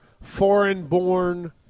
foreign-born